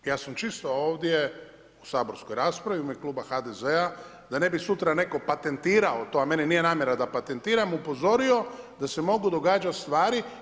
Ja sam čisto ovdje u saborskoj raspravi u ime kluba HDZ-a da ne bi sutra netko patentirao to, a meni nije namjera da patentiram upozorio da se mogu događati stvari.